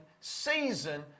season